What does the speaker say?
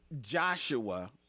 Joshua